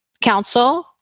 Council